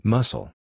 Muscle